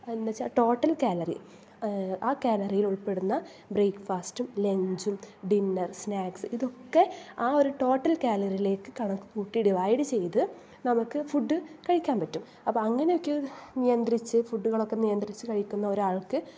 എന്ന് വച്ചാൽ total calorie ആ കാലറിയിൽ ഉൾപ്പെടുന്ന ബ്രേക്ഫാസ്റ്റും ലഞ്ചും ഡിന്നർ സ്നാക്സ് ഇതൊക്കെ ആ ഒരു ടോട്ടൽ കാലറിയിലേക്ക് കണക്ക് കൂട്ടി ഡിവൈഡ് ചെയ്ത് നമുക്ക് ഫുഡ് കഴിക്കാൻ പറ്റും അപ്പം അങ്ങനെയൊക്കെ നിയന്ത്രിച്ച് ഫുഡ്കളൊക്കെ നിയന്ത്രിച്ച് കഴിക്കുന്ന ഒരാൾക്ക്